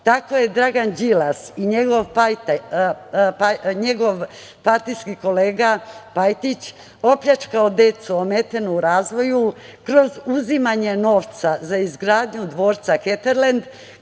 tako su Dragan Đilas i njegov partijski kolega Pajtić opljačkali decu ometenu u razvoju kroz uzimanje novca za izgradnju dvorca Heterlend,